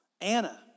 Anna